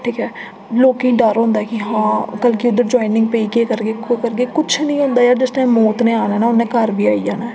ठीक ऐ ते लोकें ई डर होंदा कि हां कल्ल गी अगर उद्धर ज्वाइनिंग पेई केह् करगे किश निं होंदा ते जेल्लै मौत नै औना ना उ'न्नै घर बी आई जाना